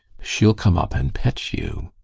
she'll come up and pet you.